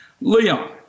Leon